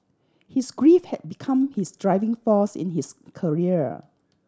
his grief had become his driving force in his career